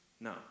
no